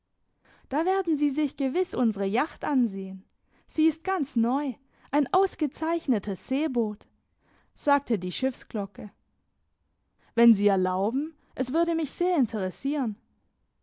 da werden sie sich gewiss unsre jacht ansehen sie ist ganz neu ein ausgezeichnetes seeboot sagte die schiffsglocke wenn sie erlauben es würde mich sehr interessieren